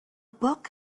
book